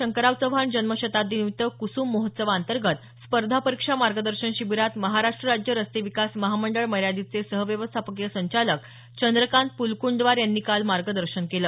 शंकरराव चव्हाण जन्मशताब्दीनिमित्त कुसूम महोत्सवा अंतर्गत स्पर्धा परीक्षा मार्गदर्शन शिबिरात महाराष्ट्र राज्य रस्ते विकास महामंडळ मर्यादितचे सहव्यवस्थापकीय संचालक चंद्रकांत पुलकूंडवार यांनी काल मार्गदर्शन केलं